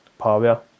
pavia